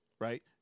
right